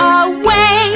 away